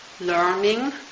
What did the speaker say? learning